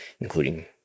including